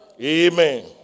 Amen